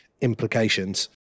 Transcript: implications